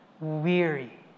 weary